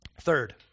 Third